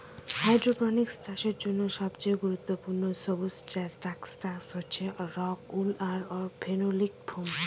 hydroponics চাষের জন্য সবচেয়ে গুরুত্বপূর্ণ সুবস্ট্রাটাস হচ্ছে রক উল আর ফেনোলিক ফোম